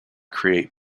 create